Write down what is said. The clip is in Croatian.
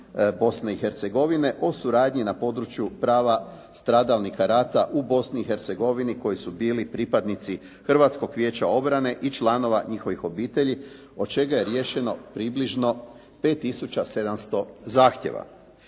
o suradnji na području prava stradalnika rata u Bosni i Hercegovini koji su bili pripadnici Hrvatskog vijeća obrane i članova njihovih obitelji od čega je riješeno približno 5 tisuća 700 zahtjeva.